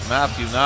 Matthew